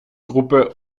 gruppe